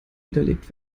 widerlegt